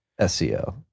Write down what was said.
SEO